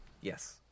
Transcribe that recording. Yes